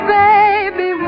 baby